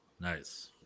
Nice